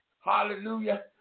Hallelujah